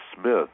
Smith